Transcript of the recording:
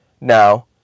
Now